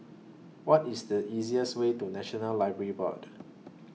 What IS The easiest Way to National Library Board